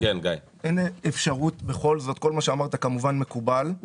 כל מה שאמרת כמובן מקובל.